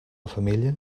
femella